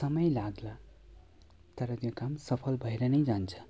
समय लाग्ला तर त्यो काम सफल भएर नै जान्छ